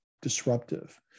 disruptive